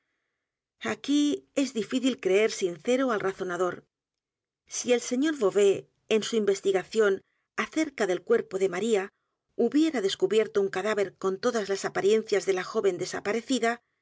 aquí es difícil creer sincero al razonador si el señor beauvais en su investigación acerca del cuerpo de maría hubiera descubierto un cadáver con todas las apariencias de la joven desaparecida